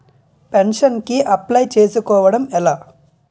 Pension కి apply చేసుకోవడం ఎలా?